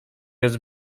jest